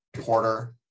porter